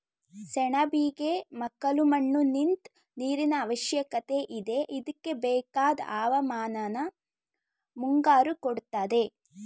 ಸೆಣಬಿಗೆ ಮೆಕ್ಕಲುಮಣ್ಣು ನಿಂತ್ ನೀರಿನಅವಶ್ಯಕತೆಯಿದೆ ಇದ್ಕೆಬೇಕಾದ್ ಹವಾಮಾನನ ಮುಂಗಾರು ಕೊಡ್ತದೆ